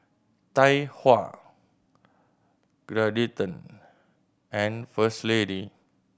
Tai Hua Geraldton and First Lady